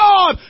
God